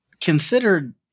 considered